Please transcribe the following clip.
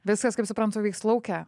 viskas kaip suprantu vyks lauke